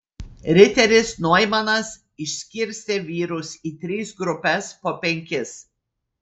riteris noimanas išskirstė vyrus į tris grupes po penkis